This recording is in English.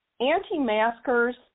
anti-maskers